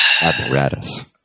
apparatus